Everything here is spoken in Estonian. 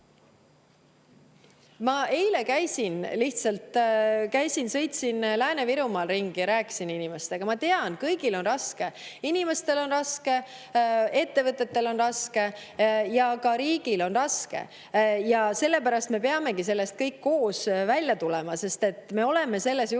Ma eile käisin, lihtsalt sõitsin Lääne-Virumaal ringi ja rääkisin inimestega. Ma tean, kõigil on raske, inimestel on raske, ettevõtetel on raske ja ka riigil on raske. Sellepärast me peamegi sellest kõik koos välja tulema. Me oleme sellises